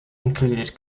included